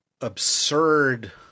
absurd